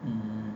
mm